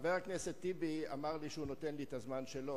חבר הכנסת טיבי אמר לי שהוא נותן לי את הזמן שלו.